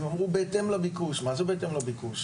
הם אמרו בהתאם לביקוש, מה זה בהתאם לביקוש?